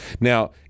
Now